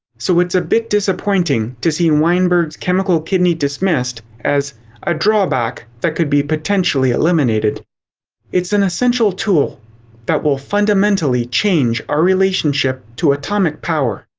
so it's a bit disappointing to see and weinberg's chemical kidney dismissed, as a drawback that could be potentially eliminated it's an essential tool that will fundamentally change our relationship to atomic power.